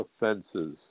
offenses